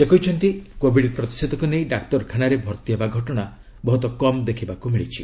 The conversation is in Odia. ସେ କହିଛନ୍ତି କୋବିଡ୍ ପ୍ରତିଷେଧକ ନେଇ ଡାକ୍ତରଖାନାରେ ଭର୍ତ୍ତି ହେବା ଘଟଣା ବହୁତ କମ୍ ଦେଖିବାକୁ ମିଳିଛି